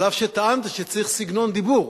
אף שטענת שצריך סגנון דיבור.